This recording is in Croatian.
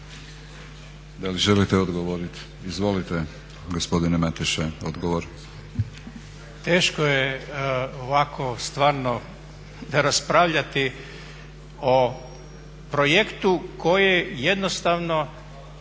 Da li želite odgovoriti? Izvolite gospodine Mateša odgovor. **Mateša, Zlatko** Teško je ovako stvarno raspravljati o projektu koji jednostavno